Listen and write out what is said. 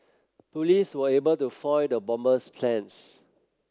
police were able to foil the bomber's plans